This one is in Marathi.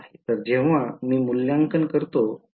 तर जेव्हा मी मूल्यांकन करतो